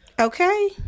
Okay